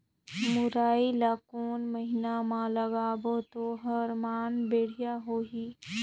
मुरई ला कोन महीना मा लगाबो ता ओहार मान बेडिया होही?